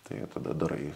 tai tada darai